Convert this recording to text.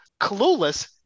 clueless